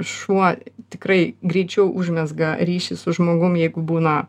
šuo tikrai greičiau užmezga ryšį su žmogum jeigu būna